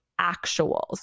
actuals